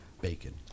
bacon